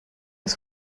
ist